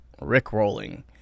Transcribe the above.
Rickrolling